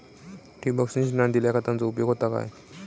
ठिबक सिंचनान दिल्या खतांचो उपयोग होता काय?